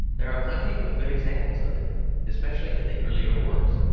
there are plenty of good examples of it especially in the earlier works.